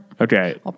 Okay